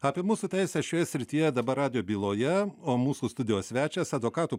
apie mūsų teisę šioje srityje dabar radijo byloje o mūsų studijos svečias advokatų